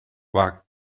von